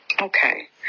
okay